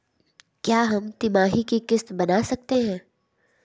क्या हम तिमाही की किस्त बना सकते हैं?